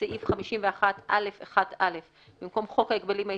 בסעיף 51(א)(1)(א), במקום "חוק ההגבלים העסקיים,